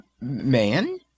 man